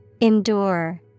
Endure